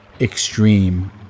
extreme